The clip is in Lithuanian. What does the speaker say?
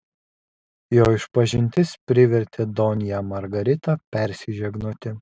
jo išpažintis privertė donją margaritą persižegnoti